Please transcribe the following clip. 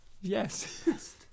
Yes